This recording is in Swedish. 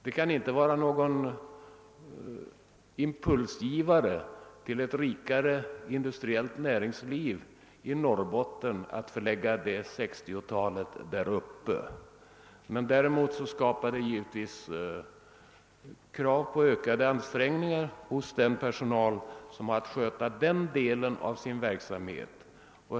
Det kan inte vara någon impulsgivare till ett rikare industriellt näringsliv i Norrbotten att förlägga detta 60-tal anställda där uppe. Däremot skapar det givetvis krav på ökade ansträngningar hos den personal som har att sköta den delen av verksamheten.